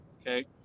okay